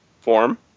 form